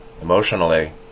emotionally